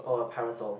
oh a parasol